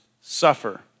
suffer